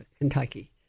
Kentucky